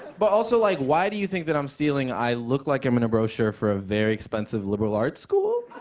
but also, like, why do you think that i'm stealing? i look like i'm in a brochure for a very expensive liberal arts school?